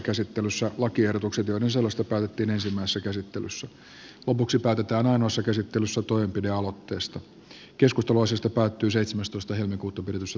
ammattikorkeakoulun tulee huolehtia siitä että näihin eri hakijaryhmiin kuuluvien mahdollisuudet opiskelupaikan saamiseen eivät muodostu hakijoiden yhdenvertaisuuden kannalta kohtuuttoman erilaisiksi